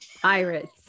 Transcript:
Pirates